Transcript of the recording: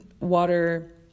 water